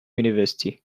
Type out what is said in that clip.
university